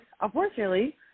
unfortunately